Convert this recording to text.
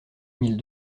mille